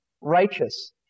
righteous